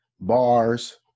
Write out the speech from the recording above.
bars